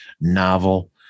novel